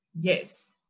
yes